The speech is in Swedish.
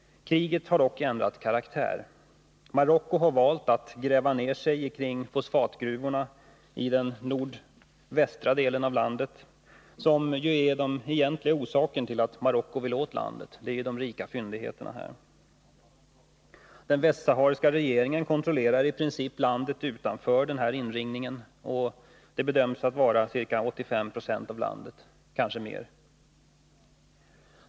Kriget har dock ändrat karaktär. Marocko har valt att gräva ner sig kring fosfatgruvorna i den nordvästra delen av landet. De rika fyndigheterna i detta område är den egentliga orsaken till att Marocko vill åt landet. Den västsahariska regeringen kontrollerar i princip landet utanför denna inringning. Det bedöms vara ca 85 20 av landet, kanske mer.